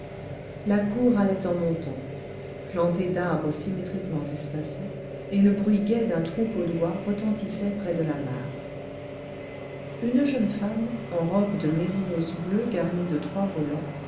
la cour allait en montant plantée d'arbres symétriquement espacés et le bruit gai d'un troupeau d'oies retentissait près de la mare une jeune femme en robe de mérinos bleu garnie de trois volants